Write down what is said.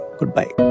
goodbye